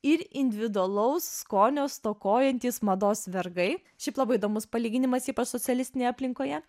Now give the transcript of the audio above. ir individualaus skonio stokojantys mados vergai šiaip labai įdomus palyginimas ypač socialistinėje aplinkoje